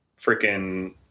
freaking